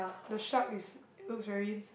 the shark is it looks very